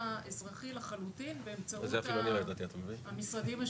האזרחי לחלוטין באמצעות המשרדים השותפים.